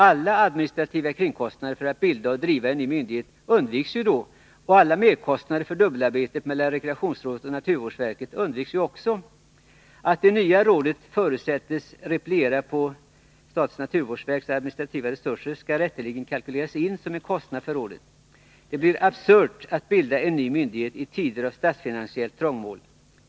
Alla administrativa kringkostnader för att bilda och driva en ny myndighet undviks, och alla merkostnader för dubbelarbetet mellan rekreationsrådet och naturvårdsverket undviks också. Att det nya rådet förutsätts repliera på statens naturvårdsverks administrativa resurser skall rätteligen kalkyleras in som en kostnad för rådet. Det är absurt att bilda en ny myndighet i tider av statsfinansiellt trångmål.